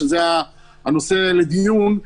שזה הנושא לדיון,